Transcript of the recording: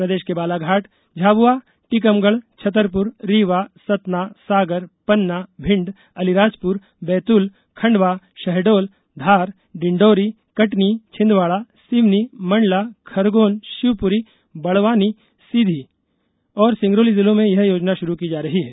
प्रदेश के बालाघाट झाबुआ टीकमगढ़ छतरपुर रीवा सतना सागर पन्ना भिंड अलीराजपुर बैतूल खंडवा शहडोल धार डिंडौरी कटनी छिंदवाड़ा सिवनी मंडला खरगोन शिवपुरी बड़वानी सीधी और सिंगरौली जिलों में यह योजना शुरू की जा रही है